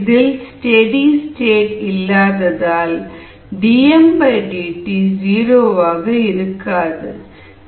இதில் steady state இல்லாததால் dmdt zero ஆக இருக்காது